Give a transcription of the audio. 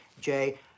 Jay